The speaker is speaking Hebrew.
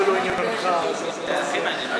מדי, שלא תוציא יותר משאתה מכניס.